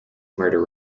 murder